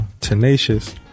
Tenacious